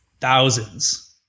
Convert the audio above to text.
Thousands